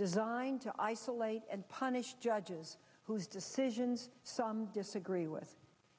designed to isolate and punish judges whose decisions some disagree with